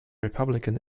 republican